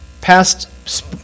past